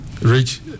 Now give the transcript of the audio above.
rich